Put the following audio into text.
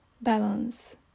balance